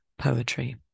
Poetry